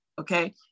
Okay